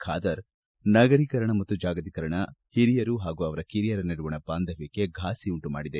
ಖಾದರ್ ನಗರೀಕರಣ ಮತ್ತು ಜಾಗತೀಕರಣ ಹಿರಿಯರು ಹಾಗೂ ಅವರ ಕಿರಿಯರ ನಡುವಣ ಬಾಂಧವ್ಯಕ್ಷೆ ಫಾಸಿ ಉಂಟುಮಾಡಿವೆ